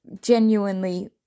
genuinely